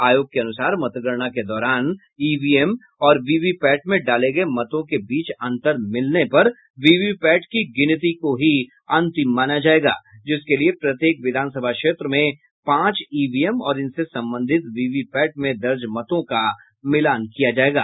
आयोग के अनुसार मतगणना के दौरान ईवीएम और वीवीपैट में डाले गये मतों के बीच अंतर मिलने पर वीवीपैट की गिनती को ही अंतिम माना जायेगा जिसके लिए प्रत्येक विधानसभा क्षेत्र में पांच ईवीएम और इनसे संबंधित वीवीपैट में दर्ज मतों का मिलान किया जायेगा